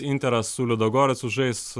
interas su liudagoricu žais